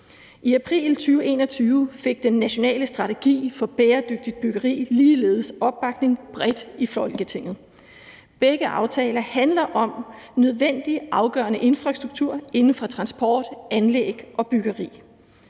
I april 2021 fik den nationale strategi for bæredygtigt byggeri ligeledes opbakning bredt i Folketinget. Begge aftaler handler om nødvendig, afgørende infrastruktur inden for transport, anlæg og byggeri